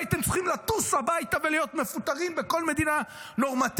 והייתם צריכים לטוס הביתה ולהיות מפוטרים בכל מדינה נורמטיבית.